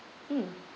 hmm